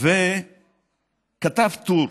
וכתב טור.